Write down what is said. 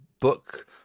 Book